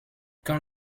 quand